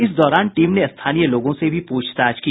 इस दौरान टीम ने स्थानीय लोगों से भी पूछताछ की